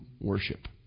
worship